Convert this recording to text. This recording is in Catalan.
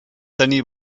tenir